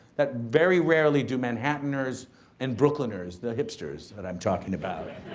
that very rarely do manhattaners and brooklyners the hipsters that i'm talking about i